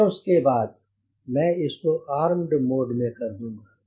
और उसके बाद मैं इसको आर्म्ड मोड में कर दूंगा